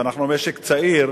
ואנחנו משק צעיר,